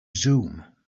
zoom